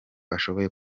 ashoboye